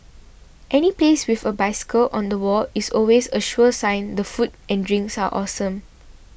any place with a bicycle on the wall is always a sure sign the food and drinks are awesome